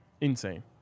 Insane